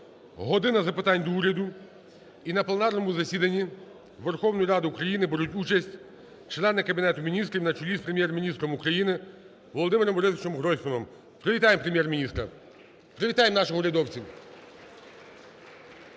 "година запитань до Уряду", і на пленарному засіданні Верховної Ради України беруть участь члени Кабінету міністрів на чолі з Прем'єр-міністром України Володимиром Борисовичем Гройсманом. Привітаємо Прем'єр-міністра. Привітаємо наших урядовців.